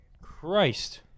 Christ